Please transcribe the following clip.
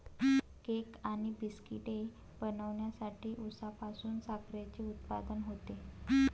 cake आणि बिस्किटे बनवण्यासाठी उसापासून साखरेचे उत्पादन होते